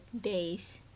days